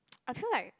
I feel like